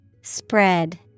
Spread